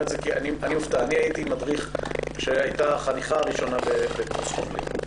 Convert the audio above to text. אני מופתע: אני הייתי מדריך כשהייתה החניכה הראשונה בקורס חובלים,